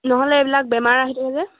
নহ'লে এইবিলাক বেমাৰ আহি থাকে যে